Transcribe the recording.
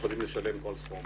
הם יכולים לשלם כל סכום.